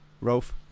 Rolf